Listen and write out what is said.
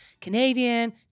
Canadian